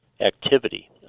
activity